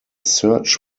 search